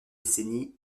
décennie